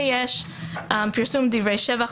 יש פרסום דברי שבח,